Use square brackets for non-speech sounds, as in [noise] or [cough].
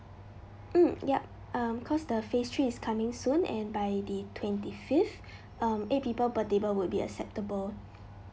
mm yup um cause the phase three is coming soon and by the twenty fifth [breath] um eight people per table would be acceptable